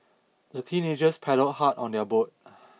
the teenagers paddled hard on their boat